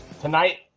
Tonight